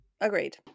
agreed